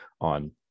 on